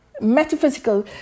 Metaphysical